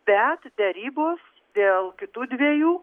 bet derybos dėl kitų dviejų